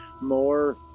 more